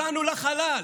הגענו לחלל.